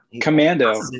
Commando